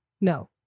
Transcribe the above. no